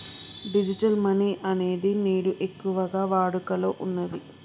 digital money అనేది నేడు ఎక్కువగా వాడుకలో ఉన్నది